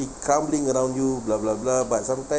crumbling around you blah blah blah but sometimes